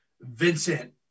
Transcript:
Vincent